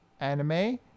Anime